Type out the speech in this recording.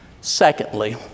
Secondly